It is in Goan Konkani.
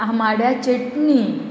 आमाड्या चेटणी